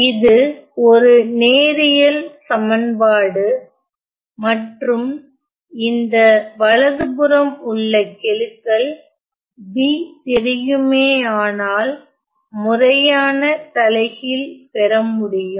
இது ஒரு நேரியல் சமன்பாடு மற்றும் இந்த வலது புறம் உள்ள கெழுக்கள் b தெரியுமே ஆனால் முறையான தலைகீழ் பெறமுடியும்